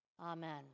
Amen